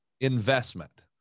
investment